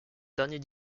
dernier